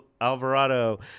Alvarado